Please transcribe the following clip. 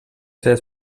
seves